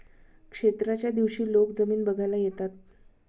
क्षेत्राच्या दिवशी लोक जमीन बघायला येतात